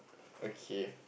okay